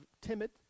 timid